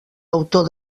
autor